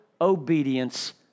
obedience